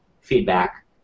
feedback